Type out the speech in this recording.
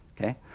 okay